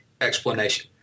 explanation